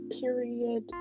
period